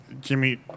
Jimmy